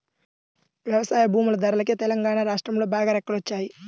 వ్యవసాయ భూముల ధరలకు తెలంగాణా రాష్ట్రంలో బాగా రెక్కలొచ్చాయి